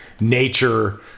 nature